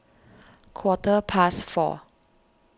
quarter past four